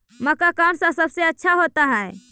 मक्का कौन सा सबसे अच्छा होता है?